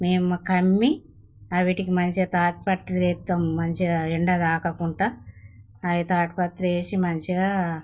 మేము కమ్మి అవి వాటికి మంచిగా తాడుపత్రి వేస్తాము మంచిగా ఎండ తాకకుండా అవి తాడుపత్రి వేసి మంచిగా